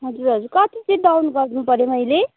हजुर हजुर कति चाहिँ डाउन गर्नुपऱ्यो मैले